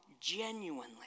genuinely